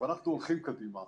ואנחנו הולכים קדימה.